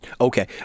Okay